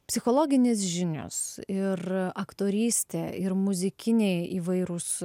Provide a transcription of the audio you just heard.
psichologinės žinios ir aktorystė ir muzikiniai įvairūs